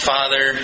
Father